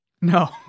No